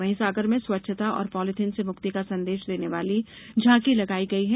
वहीं सागर में स्वच्छता और पॉलिथिन से मुक्ति का संदेश देने वाली झॉकी लगाई गई है